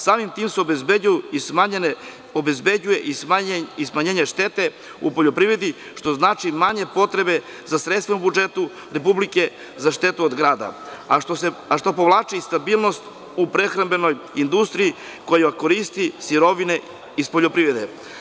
Samim tim se obezbeđuje i smanjenje štete u poljoprivredi, što znači manje potrebe za sredstvima u budžetu Republike za štetu od grada, a što povlači i stabilnost u prehrambenoj industriji, koja koristi sirovine iz poljoprivrede.